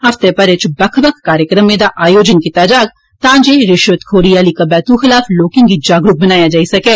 हफ्ते भरै च बक्ख बक्ख कार्यक्रमें दा आयोजन कीता जाग तां जे रिश्वतखौरी आली कुबेतू खलाफ लोकें गी जागरुक बनाया जाई सकै